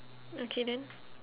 okay then